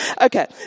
Okay